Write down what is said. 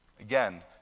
Again